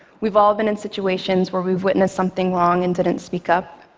we've all been in situations where we've witnessed something wrong and didn't speak up.